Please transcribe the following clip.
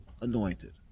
anointed